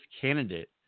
candidate